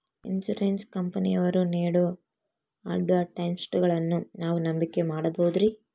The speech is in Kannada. ಇನ್ಸೂರೆನ್ಸ್ ಕಂಪನಿಯವರು ನೇಡೋ ಅಡ್ವರ್ಟೈಸ್ಮೆಂಟ್ಗಳನ್ನು ನಾವು ನಂಬಿಕೆ ಮಾಡಬಹುದ್ರಿ?